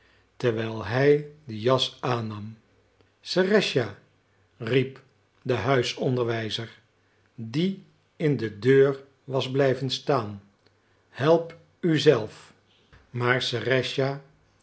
terwijl hij den jas aannam serëscha riep de huisonderwijzer die in de deur was blijven staan help u zelf maar serëscha